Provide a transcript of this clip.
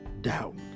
doubt